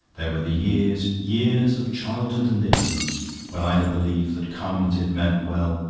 there were the years years of childhood and innocence when i had believed that carminative meant well,